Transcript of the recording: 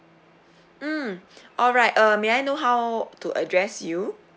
mm alright uh may I know how to address you